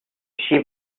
she